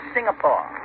Singapore